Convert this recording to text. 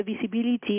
visibility